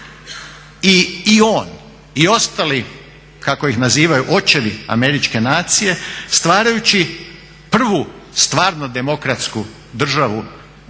I on i ostali kako ih nazivaju očevi američke nacije stvarajući prvu stvarno demokratsku državu